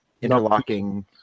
interlocking